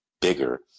bigger